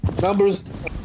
Numbers